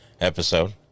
episode